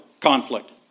conflict